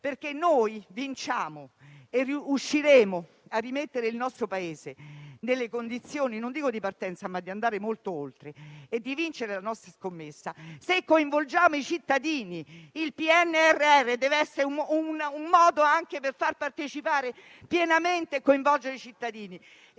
perché noi riusciremo a rimettere il nostro Paese nelle condizioni non dico di partenza, ma anche di andare molto oltre e di vincere la nostra scommessa se coinvolgeremo i cittadini. Il PNRR deve essere un modo anche per far partecipare pienamente e coinvolgere i cittadini.